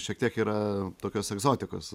šiek tiek yra tokios egzotikos